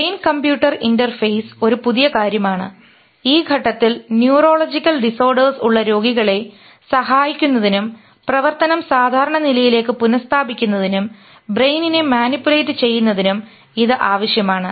Brain computer interface ഒരു പുതിയ കാര്യമാണ് ഈ ഘട്ടത്തിൽ ന്യൂറോളജിക്കൽ ഡിസോർഡേഴ്സ് ഉള്ള രോഗികളെ സഹായിക്കുന്നതിനും പ്രവർത്തനം സാധാരണ നിലയിലേക്ക് പുന സ്ഥാപിക്കുന്നതിനും ബ്രെയിനിന്നെ മാനിപുലേറ്റ് ചെയ്യുന്നതിനും ഇത് ആവശ്യമാണ്